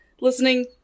listening